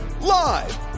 Live